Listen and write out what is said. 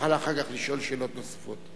תוכל אחר כך לשאול שאלות נוספות.